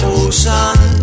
ocean